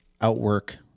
outwork